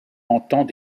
entend